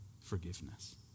forgiveness